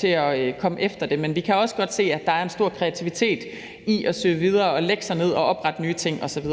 til at komme efter dem, men vi kan også godt se, at der er en stor kreativitet i at søge videre, lægge sig ned og oprette nye ting osv.